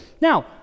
Now